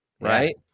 Right